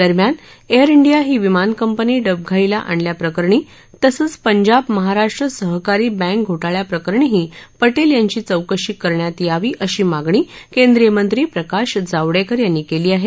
दरम्यान Air India ही विमान कंपनी डबघाईला आणल्याप्रकरणी तसंच पंजाब महाराष्ट् सहकारी बँक घोटाळ्या प्रकरणीही पटेल यांची चौकशी करण्यात यावी अशी मागणी केंद्रीय मंत्री प्रकाश जावडेकर यांनी केली आहे